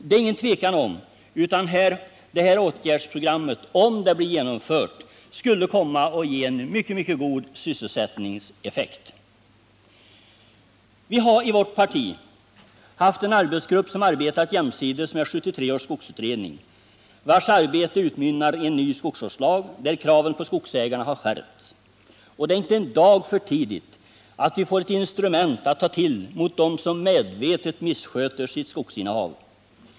Det är inget tvivel om att det här åtgärdsprogrammet, om det blir genomfört, skulle komma att ge en mycket god sysselsättningseffekt. Vi har i vårt parti haft en arbetsgrupp, som arbetat jämsides med 1973 års skogsutredning och vars arbete utmynnar i en ny skogsvårdslag där kraven på skogsägarna har skärpts. Och det är inte en dag för tidigt, att vi får ett instrument att ta till mot dem som medvetet missköter sitt skogsinnehav.